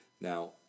Now